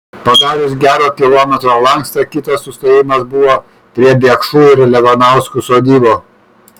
padarius gero kilometro lankstą kitas sustojimas buvo prie biekšų ir levanauskų sodybų